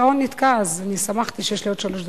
פשוט, השעון נתקע, אז שמחתי שיש לי עוד שלוש דקות.